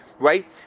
Right